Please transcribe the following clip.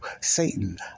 Satan